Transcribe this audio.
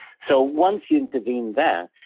so, once you intervene there,